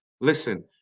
Listen